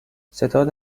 ستاد